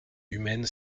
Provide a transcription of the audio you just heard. humaine